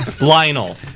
Lionel